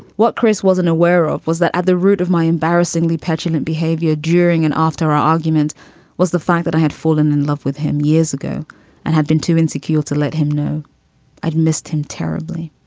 what chris wasn't aware of was that at the root of my embarrassingly petulant behavior during and after argument was the fact that i had fallen in love with him years ago and have been too insecure to let him know i'd missed him terribly.